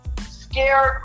scared